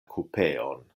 kupeon